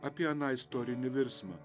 apie aną istorinį virsmą